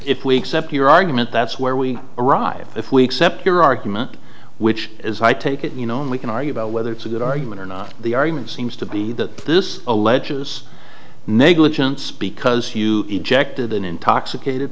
if we accept your argument that's where we arrive if we accept your argument which is i take it you know and we can argue about whether it's a good argument or not the argument seems to be that this alleges negligence because you injected an intoxicated